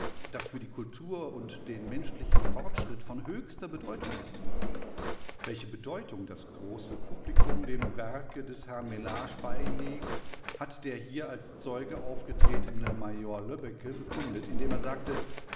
das für die kultur und den menschlichen fortschritt von höchster bedeutung ist welche bedeutung das große publikum dem werke des herrn mellage beilegt hat der hier als zeuge aufgetretene major löbbecke bekundet indem er sagte